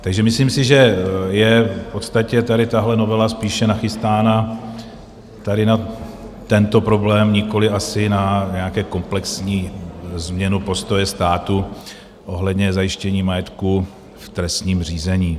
Takže myslím si, že je v podstatě tady tahle novela spíše nachystána tady na tento problém, nikoliv asi na nějakou komplexní změnu postoje státu ohledně zajištění majetku v trestním řízení.